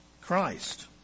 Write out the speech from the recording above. Christ